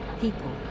people